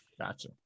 gotcha